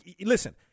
Listen